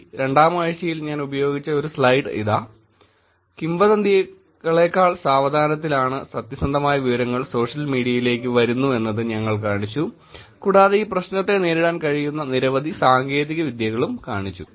2 ാം ആഴ്ചയിൽ ഞാൻ ഉപയോഗിച്ച ഒരു സ്ലൈഡ് ഇതാ കിംവദന്തികളേക്കാൾ സാവധാനത്തിലാണ് സത്യസന്ധമായ വിവരങ്ങൾ സോഷ്യൽ മീഡിയയിലേക്ക് വരുന്നുവെന്ന് ഞങ്ങൾ കാണിച്ചു കൂടാതെ ഈ പ്രശ്നത്തെ നേരിടാൻ കഴിയുന്ന നിരവധി സാങ്കേതിക വിദ്യകളും കാണിച്ചു